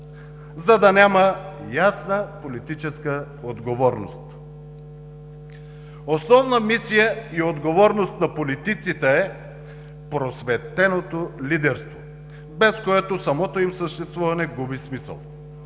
за да няма ясна политическа отговорност. Основна мисия и отговорност на политиците е просветеното лидерство, без което самото им съществуване губи смисъл.